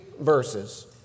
verses